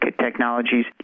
technologies